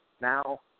now